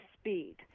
speed